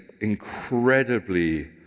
incredibly